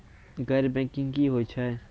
गैर बैंकिंग की होय छै?